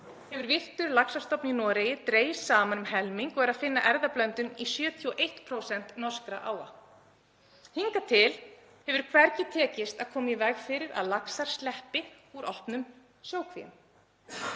hefur villtur laxastofn í Noregi dregist saman um helming og er að finna erfðablöndun í 71% norskra áa. Hingað til hefur hvergi tekist að koma í veg fyrir að laxar sleppi úr opnum sjókvíum.